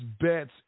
bets